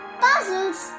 puzzles